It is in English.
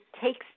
takes